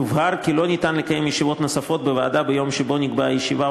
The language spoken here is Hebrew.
יובהר כי לא ניתן לקיים ישיבות נוספות בוועדה ביום שבו נקבעה הישיבה,